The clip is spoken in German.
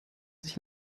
sich